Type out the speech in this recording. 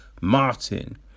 Martin